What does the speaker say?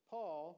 Paul